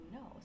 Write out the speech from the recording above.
no